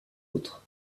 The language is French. autres